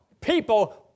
people